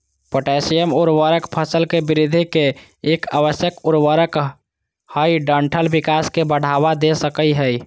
potassium उर्वरक फसल के वृद्धि ले एक आवश्यक उर्वरक हई डंठल विकास के बढ़ावा दे सकई हई